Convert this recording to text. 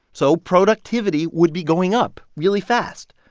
so productivity would be going up really fast.